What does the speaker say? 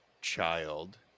child